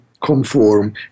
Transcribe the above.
conform